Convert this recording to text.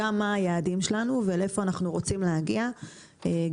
גם מה היעדים שלנו ולאיפה אנחנו רוצים להגיע גם